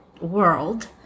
world